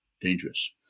dangerous